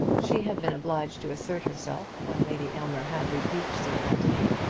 she had been obliged to assert herself when lady aylmer had rebuked sir anthony,